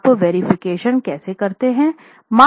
आप वेरिफिकेशन कैसे करते हैं